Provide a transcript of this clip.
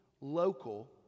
local